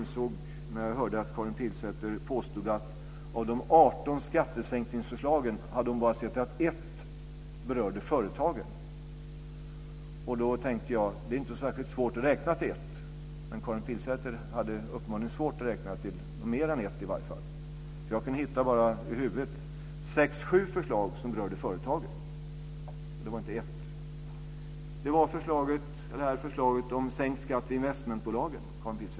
När jag hörde Karin Pilsäter påstå att av de 18 skattesänkningsförslagen hade hon bara sett att ett berörde företagen tänkte jag att det inte är särskilt svårt att räkna till ett. Men Karin Pilsäter hade uppenbarligen svårt att räkna till mer än ett. Jag kan i huvudet hitta sex sju förslag som berör företagen. Det var inte ett. Det är förslaget om sänkt skatt för investmentbolagen, Karin Pilsäter.